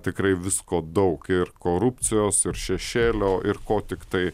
tikrai visko daug ir korupcijos ir šešėlio ir ko tiktai